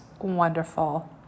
wonderful